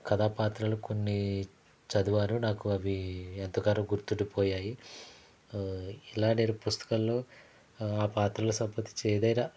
కదా పాత్రలు కొన్ని చదివాను నాకు అవి ఎంతగానో గుర్తుండిపోయాయి ఇలా నేను పుస్తకంలో పాత్రలకు సంబంధించి ఏదైనా